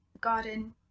garden